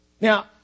Now